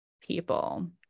people